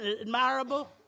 admirable